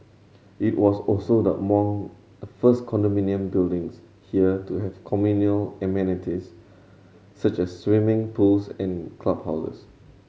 it was also among the first condominium buildings here to have amenities such as swimming pools and clubhouses